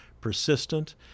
persistent